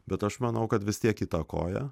bet aš manau kad vis tiek įtakoja